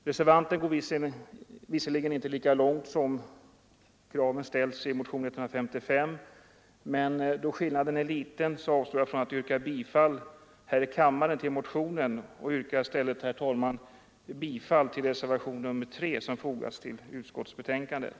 Reservanten går visserligen inte lika långt som de motionärer som står bakom motionen 155, men då skillnaden är liten avstår jag från att yrka bifall till motionen här i kammaren och yrkar i stället, herr talman, bifall till reservationen 3 vid utskottsbetänkandet.